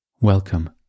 Welcome